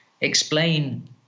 explain